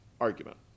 argument